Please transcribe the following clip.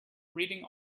reading